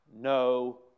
no